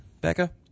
Becca